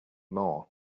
more